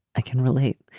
i can relate.